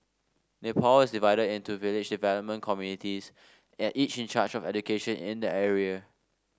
Nepal is divided into village development committees at each in charge of education in the area